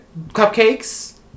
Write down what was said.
Cupcakes